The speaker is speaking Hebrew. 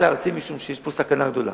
משום שיש פה סכנה גדולה.